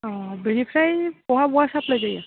अ बेनिफ्राय बहा बहा साप्लाय जायो